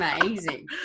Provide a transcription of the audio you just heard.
amazing